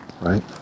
Right